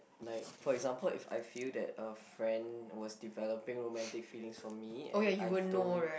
like for example if I feel that a friend was developing romantic feelings for me and I don't